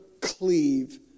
cleave